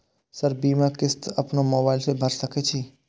Sir बीमा किस्त अपनो मोबाईल से भर सके छी?